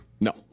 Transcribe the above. No